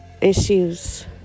issues